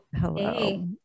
Hello